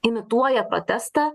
imituoja protestą